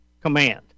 command